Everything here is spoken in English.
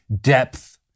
depth